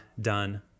done